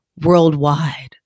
worldwide